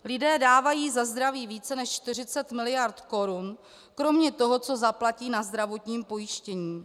Lidé dávají za zdraví více než 40 mld. korun kromě toho, co zaplatí na zdravotním pojištění.